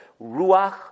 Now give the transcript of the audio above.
Ruach